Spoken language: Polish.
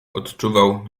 odczuwał